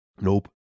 Nope